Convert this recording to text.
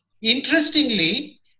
Interestingly